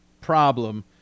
problem